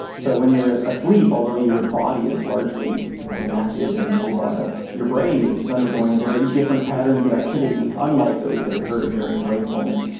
so when you are asleep, although your body is largely you know inactive and immobile, your brain is is undergoing very different patterns of activity, unlike those that occur during wakefulness.